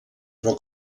però